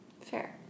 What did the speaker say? Fair